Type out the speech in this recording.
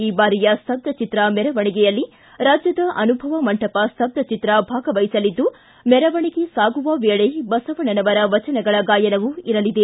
ಈ ಬಾರಿಯ ಸ್ತಬ್ದಚಿತ್ರ ಮೆರವಣಿಗೆಯಲ್ಲಿ ರಾಜ್ಯದ ಅನುಭವ ಮಂಟಪ ಸ್ತಬ್ದಚಿತ್ರ ಭಾಗವಹಿಸಲಿದ್ದು ಮೆರವಣಿಗೆ ಸಾಗುವ ವೇಳೆ ಬಸವಣ್ಣನವರ ವಚನಗಳ ಗಾಯನವೂ ಇರಲಿದೆ